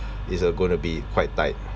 it's uh going to be quite tight